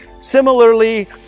similarly